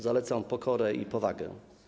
Zalecam pokorę i powagę.